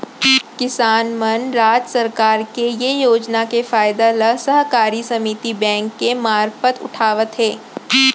किसान मन राज सरकार के ये योजना के फायदा ल सहकारी समिति बेंक के मारफत उठावत हें